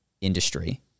industry